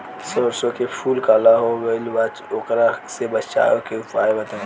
सरसों के फूल काला हो गएल बा वोकरा से बचाव के उपाय बताई?